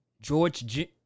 George